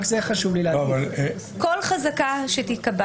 כל חזקה שתיקבע